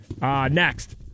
Next